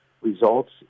results